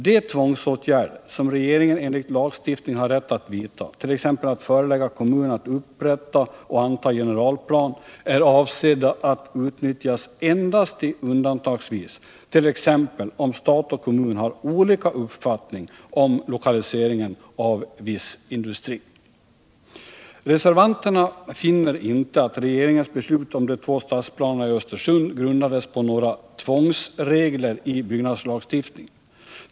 De tvångsåtgärder som regeringen enligt lagstiftningen har rätt att vidta, t.ex. att förelägga kommunen att upprätta och anta generalplan, är avsedda att utnyttjas endast undantagsvis —t.ex. om stat och kommun har olika uppfattning om lokaliseringen av viss industri. Reservanterna finner inte att regeringens beslut om de två stadsplanerna i Östersund grundas på några tvångsregler i byggnadslagstiftningen.